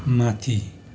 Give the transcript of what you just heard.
माथि